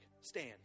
Stand